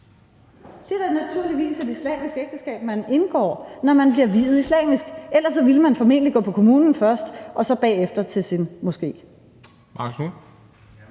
Det er naturligvis et islamisk ægteskab, man indgår, når man bliver viet islamisk. Ellers ville man formentlig gå på kommunen først og så bagefter til sin moské.